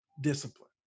discipline